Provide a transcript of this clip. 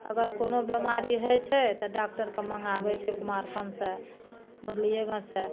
अगर कोनो बेमारी होइ छै तऽ डाक्टर के मङ्गाबै छै कुमारखण्ड सऽ मुरलीयेगञ्ज सऽ